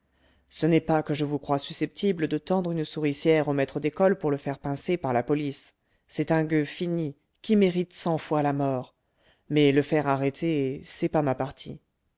ce n'est pas que je vous croie susceptible de tendre une souricière au maître d'école pour le faire pincer par la police c'est un gueux fini qui mérite cent fois la mort mais le faire arrêter c'est pas ma partie